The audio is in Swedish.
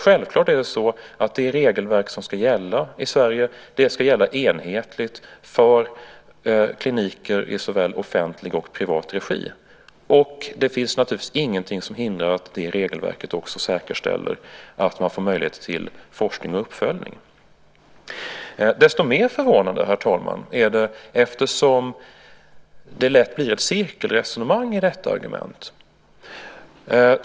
Självklart ska det regelverk som ska gälla i Sverige gälla enhetligt för kliniker i såväl offentlig som privat regi, och det finns naturligtvis ingenting som hindrar att detta regelverk också säkerställer att man får möjligheter till forskning och uppföljning. Desto mer förvånande är det, herr talman, eftersom det lätt blir ett cirkelresonemang i detta argument.